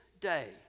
day